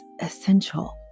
essential